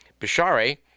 Bashare